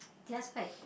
theirs quite